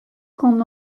qu’on